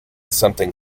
something